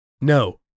no